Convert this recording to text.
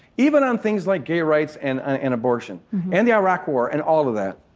even on things like gay rights and ah and abortion and the iraq war and all of that.